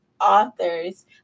authors